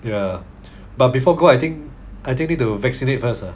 ya but before go I think I think need to vaccinate first lah